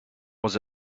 was